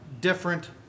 different